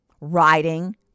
Writing